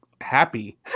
happy